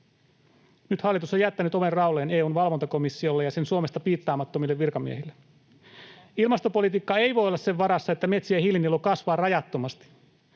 Nyt hallitus on jättänyt oven raolleen EU:n valvontakomissiolle ja sen Suomesta piittaamattomille virkamiehille. Ilmastopolitiikka ei voi olla sen varassa, että metsien hiilinielu kasvaa rajattomasti.